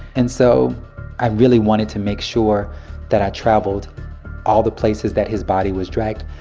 and so i really wanted to make sure that i traveled all the places that his body was dragged.